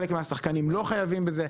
חלק מהשחקנים לא חייבים בזה.